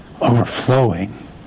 overflowing